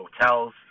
hotels